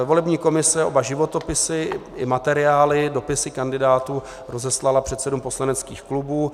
Volební komise oba životopisy i materiály, dopisy kandidátů, rozeslala předsedům poslaneckých klubů.